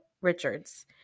Richards